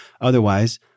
Otherwise